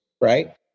right